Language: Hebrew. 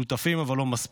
שותפים, אבל לא מספיק.